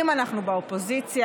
אם אנחנו באופוזיציה,